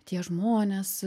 tie žmonės